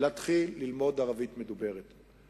ערבית מדוברת.